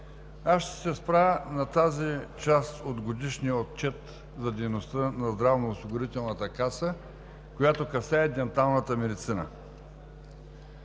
Ще се спра на тази част от Годишния отчет за дейността на Здравноосигурителната каса, която касае денталната медицина.